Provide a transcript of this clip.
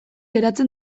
eratzen